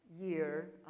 year